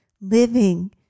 living